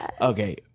okay